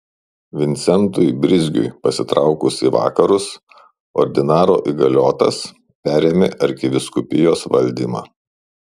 vincentui brizgiui pasitraukus į vakarus ordinaro įgaliotas perėmė arkivyskupijos valdymą